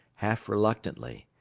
half-reluctantly.